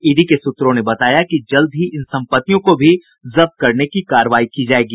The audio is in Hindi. ईडी के सूत्रों ने बताया कि जल्द ही इन संपत्तियों को भी जब्त करने की कार्रवाई की जायेगी